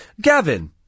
Gavin